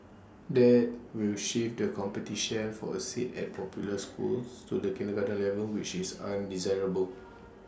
that will shift the competition for A seat at popular schools to the kindergarten level which is undesirable